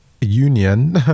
union